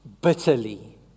bitterly